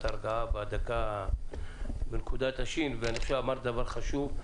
ההרגעה בנקודת השין ואני חושב שאמרת דבר חשוב.